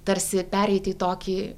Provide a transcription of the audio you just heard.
tarsi pereit į tokį